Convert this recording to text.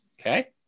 okay